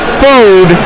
food